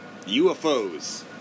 UFOs